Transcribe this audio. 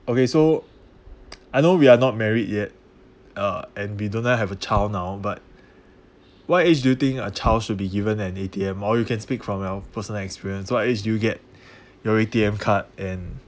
okay so I know we are not married yet uh and we do not have a child now but what age do you think a child's should be given an A_T_M or you can speak from your personal experience so what age do you get your A_T_M card and